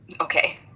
okay